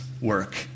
work